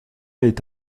est